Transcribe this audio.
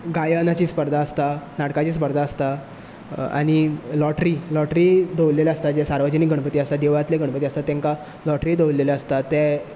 गायनाची स्पर्धा आसता नाटकाची स्पर्धा आसता आनी लॉट्री लॉट्री दवरिल्ले आसता जे सार्वजनीक गणपती आसता देवळाचे गणपती आसता तांकां लॉट्री दवरिल्ले आसता ते